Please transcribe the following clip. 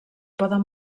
poden